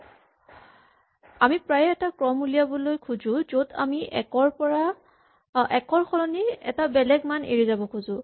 প্ৰায়ে আমি এটা ক্ৰম উলিয়াব খোজো য'ত আমি একৰ সলনি বেলেগ এটা মান এৰি যাব খোজো